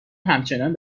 همچنان